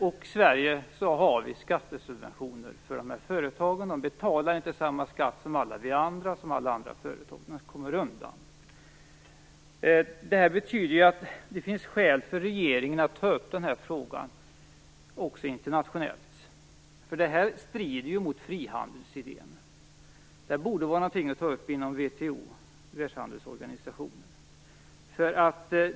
I Sverige har vi skattesubventioner för dessa företag. De betalar inte samma skatt som alla andra företag. Det betyder att det finns skäl för regeringen att ta upp den här frågan också internationellt. Detta strider ju emot frihandelsidén. Det borde vara någonting att ta upp inom VHO, Världshandelsorganisationen.